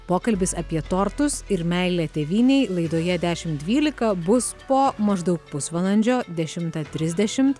pokalbis apie tortus ir meilę tėvynei laidoje dešimt dvylika bus po maždaug pusvalandžio dešimtą trisdešimt